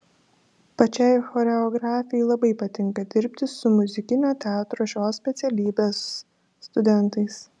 pačiai choreografei labai patinka dirbti su muzikinio teatro šios specialybės studentais